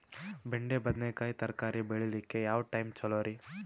ಬೆಂಡಿ ಬದನೆಕಾಯಿ ತರಕಾರಿ ಬೇಳಿಲಿಕ್ಕೆ ಯಾವ ಟೈಮ್ ಚಲೋರಿ?